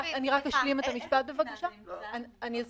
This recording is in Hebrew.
אני אסביר.